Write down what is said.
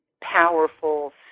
powerful